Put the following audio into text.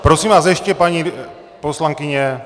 Prosím vás, ještě paní poslankyně.